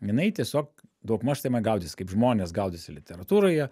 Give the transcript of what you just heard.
jinai tiesiog daugmaž tame gaudysis kaip žmonės gaudosi literatūroje